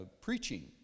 preaching